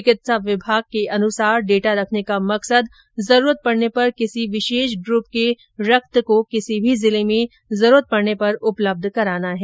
चिकित्सा विभाग के सूत्रों ने बताया कि डेटा रखने का मकसद जरूरत पड़ने पर किसी विशेष ग्रप के रक्त को किसी भी जिले में जरूरत पड़ने पर उपलब्ध कराना है